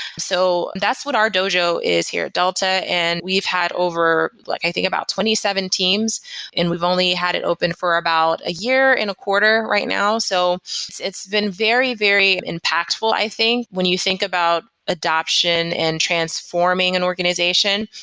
so that's what our dojo is here at delta and we've had over, like i think about twenty seven teams and we've only had it open for about a year and a quarter right now. so it's been very, very impactful, i think when you think about adoption and transforming an organization.